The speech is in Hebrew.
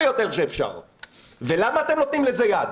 שלום לכולם,